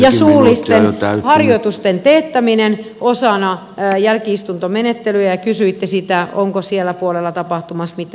ja suullisten harjoitusten teettäminen osana jälki istuntomenettelyä ja kysyitte sitä onko sillä puolella tapahtumassa mitään uutta